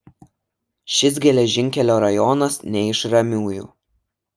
šis geležinkelio rajonas ne iš ramiųjų